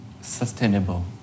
sustainable